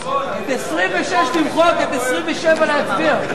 את 26 למחוק, 27 להצביע.